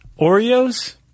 Oreos